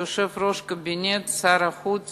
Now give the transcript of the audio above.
יושב-ראש הקבינט הוא שר החוץ